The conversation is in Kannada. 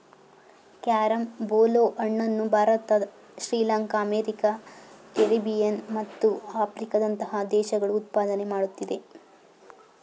ಕ್ಯಾರಂ ಬೋಲ್ ಹಣ್ಣನ್ನು ಭಾರತ ಶ್ರೀಲಂಕಾ ಅಮೆರಿಕ ಕೆರೆಬಿಯನ್ ಮತ್ತು ಆಫ್ರಿಕಾದಂತಹ ದೇಶಗಳು ಉತ್ಪಾದನೆ ಮಾಡುತ್ತಿದೆ